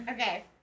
Okay